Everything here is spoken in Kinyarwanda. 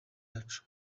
yacu